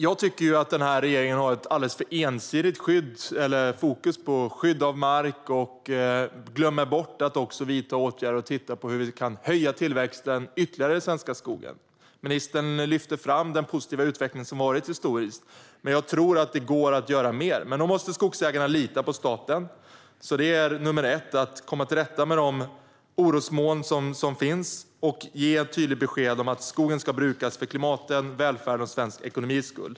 Jag tycker att regeringen har ett alldeles för ensidigt fokus på skydd av mark och att den glömmer bort att även titta på hur vi kan höja tillväxten ytterligare i den svenska skogen och vidta åtgärder för det. Ministern lyfte fram den positiva utveckling som har skett historiskt, men jag tror att det går att göra mer. Då måste dock skogsägarna lita på staten, så nummer ett är att komma till rätta med de orosmoln som finns och ge ett tydligt besked om att skogen ska brukas för klimatets, välfärdens och svensk ekonomis skull.